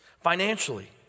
Financially